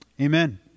Amen